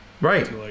Right